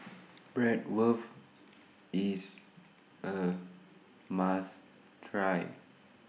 Bratwurst IS A must Try